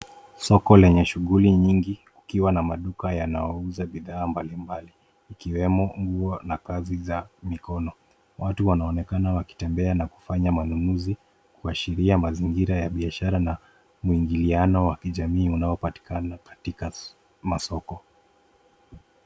Soko lenye shughuli nyingi, kukiwa na maduka yanayouza bidhaa mbalimbali ikiwemo nguo na kazi za mikono. Watu wanaonekana wakitembea, na kufanya manunuzi kuashiria mazingira ya biashara na muingiliano wa kijamii unaopatikana katika masoko.